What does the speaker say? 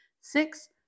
six